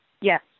Yes